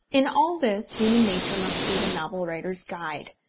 in all this human nature must be the novel-writer's guide.